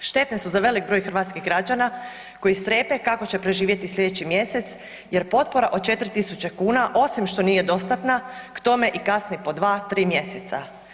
Štetne su za velik broj hrvatskih građana koji strepe kako će preživjeti sljedeći mjesec jer potpora od 4 tisuće kuna, osim što nije dostatna, k tome i kasni po 2, 3 mjeseca.